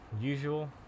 Usual